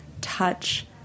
touch